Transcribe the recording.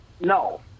No